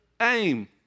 aim